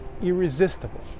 irresistible